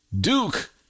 Duke